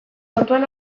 kontuan